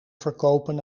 verkopen